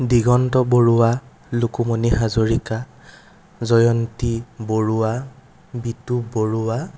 Diganta Barua Lukumoni Hazarika Jayanti Barua Bitu Barua